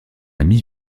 amie